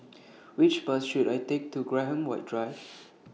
Which Bus should I Take to Graham White Drive